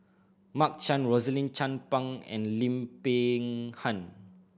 Mark Chan Rosaline Chan Pang and Lim Peng Han